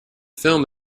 film